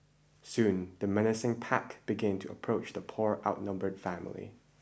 soon the menacing pack began to approach the poor outnumbered family